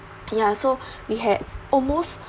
and yeah so we had almost